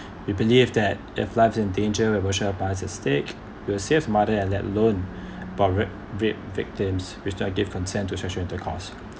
we believe that if lives in danger where emotional of mother at stake will save mother and let alone but rape rape victims which I give consent to sexual intercourse